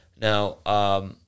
Now